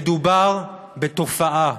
מדובר בתופעה,